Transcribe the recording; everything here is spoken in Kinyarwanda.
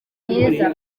myiza